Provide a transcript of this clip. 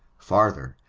farther,